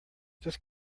just